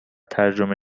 ترجمه